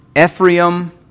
Ephraim